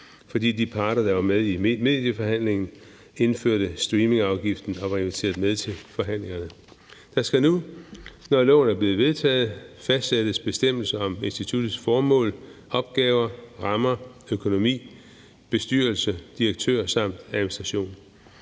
fordi de parter, der var med i medieforhandlingerne, indførte streamingafgiften og var inviteret med til forhandlingerne. Der skal nu, når lovforslaget er blevet vedtaget, fastsættes bestemmelser om instituttets formål, opgaver, rammer, økonomi, bestyrelse, direktør samt administration.